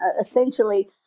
Essentially